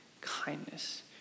kindness